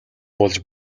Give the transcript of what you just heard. болж